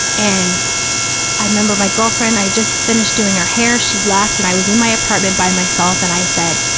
and i remember my girlfriend, i just finished doing her hair, she left, and i was in my apartment by myself and i said,